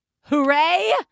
Hooray